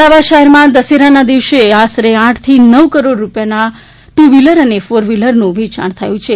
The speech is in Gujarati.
અમદાવાદ શહેરમાં દશેરાના દિવસે આશરે આઠથી નવ કરોડ રૂપિયાના ટુ વ્ફીલર અને ફોર વ્ફીલરનું વેચાણ થયું છે